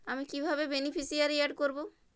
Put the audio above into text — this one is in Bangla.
আমি কিভাবে বেনিফিসিয়ারি অ্যাড করব?